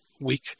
week